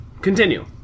Continue